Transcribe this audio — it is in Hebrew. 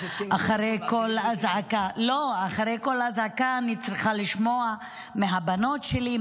אחרי כל אזעקה אני צריכה לשמוע מהבנות שלי,